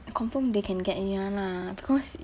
confirm they can get in [one] lah because